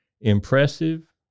Impressive